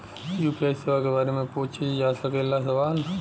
UPI सेवा के बारे में पूछ जा सकेला सवाल?